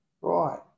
Right